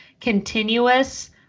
continuous